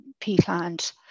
peatland